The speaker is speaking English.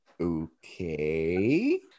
okay